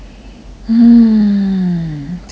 mm 这个很难